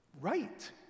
right